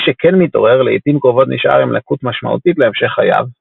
מי שכן מתעורר לעיתים קרובות נשאר עם לקות משמעותית להמשך חייו.